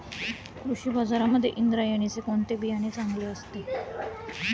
कृषी बाजारांमध्ये इंद्रायणीचे कोणते बियाणे चांगले असते?